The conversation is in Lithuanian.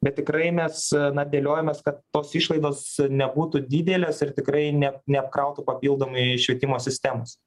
bet tikrai mes na dėliojamės kad tos išlaidos nebūtų didelės ir tikrai ne neapkrautų papildomai švietimo sistemos